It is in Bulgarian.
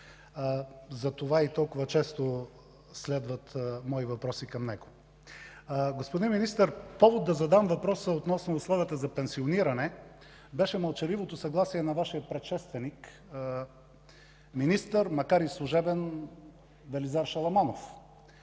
затова и толкова често следват мои въпроси към него. Господин Министър, повод да задам въпроса относно условията за пенсиониране беше мълчаливото съгласие на Вашия предшественик министър, макар и служебен, Велизар Шаламанов,